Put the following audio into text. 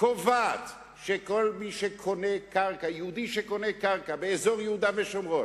קובעת שיהודי שקונה קרקע באזור יהודה ושומרון,